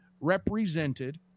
represented